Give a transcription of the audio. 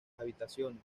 habitaciones